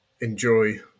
enjoy